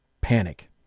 panic